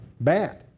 bad